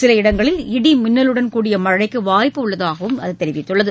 சில் இடங்களில் இடி மின்னலுடன் கூடிய மழைக்கு வாய்ப்பு உள்ளதாகவும் அது தெரிவித்துள்ளது